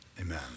amen